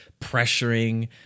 pressuring